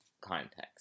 context